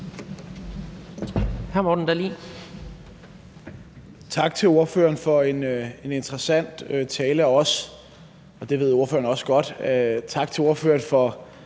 Tak til ordføreren for en interessant tale, og tak til ordføreren for – og det ved ordføreren også